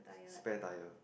spared tyre